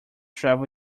travel